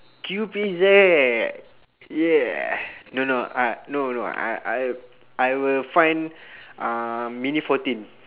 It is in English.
Q_P_Z yeah no no I no no I I'll I will find uh mini fourteen